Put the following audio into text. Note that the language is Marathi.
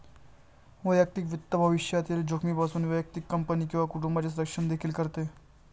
वैयक्तिक वित्त भविष्यातील जोखमीपासून व्यक्ती, कंपनी किंवा कुटुंबाचे संरक्षण देखील करते